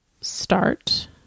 start